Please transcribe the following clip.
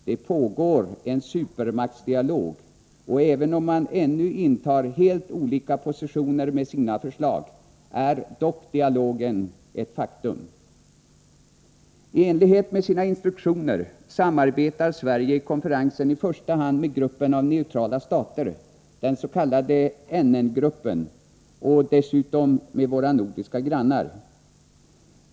Det pågår en supermaktsdialog, och även om man ännu intar helt olika positioner med sina förslag är dock dialogen ett faktum. I enlighet med sina instruktioner samarbetar Sverige i konferensen i första hand med gruppen av neutrala stater, den s.k. NN-gruppen, och dessutom med våra nordiska grannar.